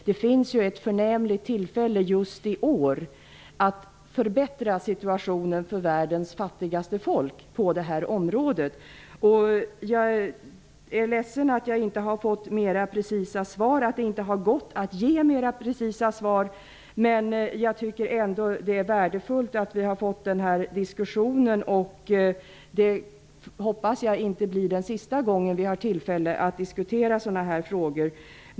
Det finns ett förnämligt tillfälle just i år att förbättra situationen på det här området för världens fattigaste folk. Jag är ledsen att det inte har gått att få mera precisa svar. Men jag tycker ändå att det är värdefullt med den här diskussionen. Jag hoppas att det inte är sista gången vi får tillfälle att diskutera sådana här frågor.